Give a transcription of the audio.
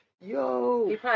yo